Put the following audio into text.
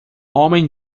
homem